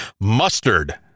Mustard